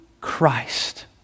Christ